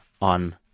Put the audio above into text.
on